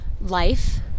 life